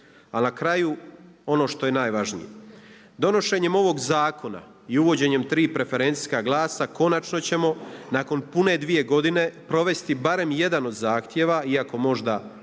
Ali na kraju ono što je najvažnije, donošenjem ovog zakona i uvođenjem tri preferencijska glasa konačno ćemo nakon pune dvije godine provesti barem jedan od zahtjeva iako možda ne